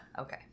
okay